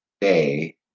day